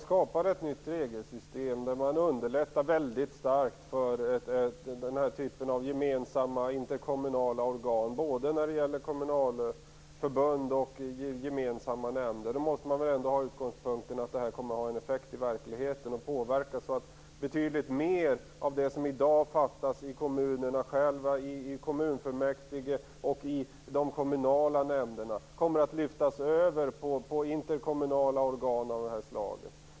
Om man skapar ett nytt regelsystem där man underlättar väldigt starkt för den här typen av gemensamma interkommunala organ när det gäller både kommunalförbund och gemensamma nämnder måste man väl ändå ha som utgångspunkt att det kommer att ha en effekt i verkligheten och påverka så att betydligt fler av de beslut som i dag fattas av kommunerna själva i kommunfullmäktige och i de kommunala nämnderna kommer att lyftas över på interkommunala organ av det här slaget.